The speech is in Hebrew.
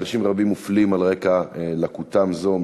חירשים רבים מופלים על רקע לקותם זו,